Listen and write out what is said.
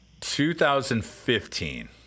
2015